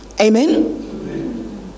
Amen